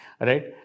Right